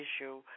issue